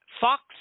Fox